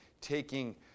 taking